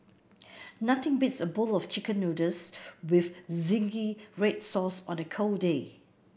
nothing beats a bowl of chicken noodles with zingy red sauce on a cold day